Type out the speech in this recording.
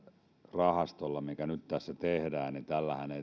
rahastollahan mikä nyt tässä tehdään ei